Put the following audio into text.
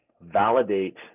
validate